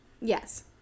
Yes